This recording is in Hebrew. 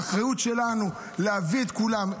האחריות שלנו היא להביא את כולם.